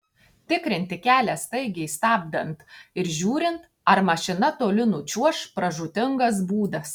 tikrinti kelią staigiai stabdant ir žiūrint ar mašina toli nučiuoš pražūtingas būdas